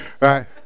right